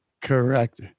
Correct